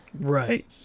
right